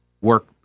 work